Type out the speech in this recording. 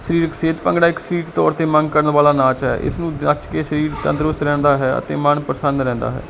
ਸਰੀਰਕ ਸਹਿਤ ਭੰਗੜਾ ਇੱਕ ਸਰੀਰਕ ਤੌਰ ਤੇ ਮੰਗ ਕਰਨ ਵਾਲਾ ਨਾਚ ਹੈ ਇਸ ਨੂੰ ਜਾਂਚ ਕੇ ਸਰੀਰ ਤੰਦਰੁਸਤ ਰਹਿੰਦਾ ਹੈ ਅਤੇ ਮਨ ਪ੍ਰਸੰਨ ਰਹਿੰਦਾ ਹੈ